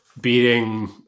beating